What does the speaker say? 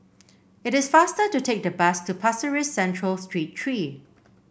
it is faster to take the bus to Pasir Ris Central Street Three